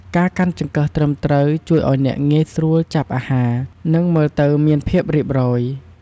ការកាន់ចង្កឹះត្រឹមត្រូវ ជួយឱ្យអ្នកងាយស្រួលចាប់អាហារ និងមើលទៅមានភាពរៀបរយ។